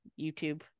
YouTube